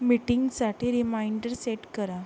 मिटिंगसाठी reminder set करा